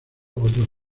otros